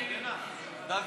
מיקי לוי,